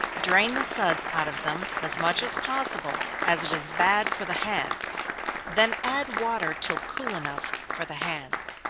drain the suds out of them as much as possible, as it is bad for the hands then add water till cool enough for the hands.